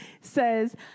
says